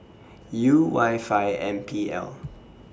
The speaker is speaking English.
U Y five M P L